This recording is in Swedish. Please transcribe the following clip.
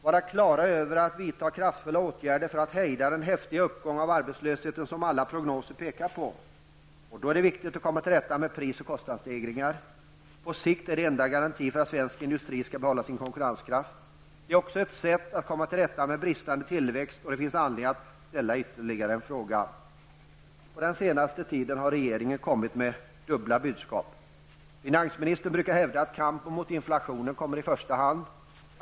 Vi måste också vara beredda att vidta kraftfulla åtgärder för att hejda den häftiga uppgång av arbetslösheten som alla prognoser pekar mot. Då är det viktigt att komma till rätta med pris och kostnadsstegringar. På sikt är det den enda garantin för att svensk industri skall kunna behålla sin konkurrenskraft. Det är också ett sätt att komma till rätta med vår bristande tillväxt. Det finns anledning att ställa ytterligare en fråga. Under den senaste tiden har regeringen gett dubbla budskap. Finansministern brukar hävda att kampen mot inflationen kommer i första hand.